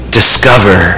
discover